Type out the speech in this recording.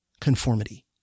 conformity